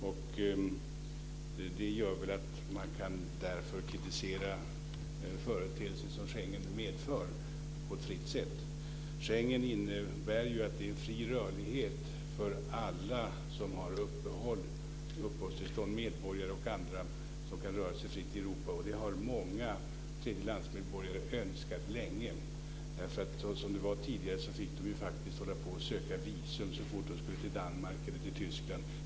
Fru talman! Vänsterpartiet har motsatt sig införandet av Schengensamarbetet, och det gör väl att dess företrädare på ett fritt sätt kan kritisera de företeelser som är förknippade med Schengen. Schengensamarbetet innebär ju en fri rörlighet i området för alla, medborgare och andra, som har uppehållstillstånd där. Detta har många önskat länge. Som det var tidigare fick de faktiskt söka visum så snart de skulle fara till Danmark eller till Tyskland.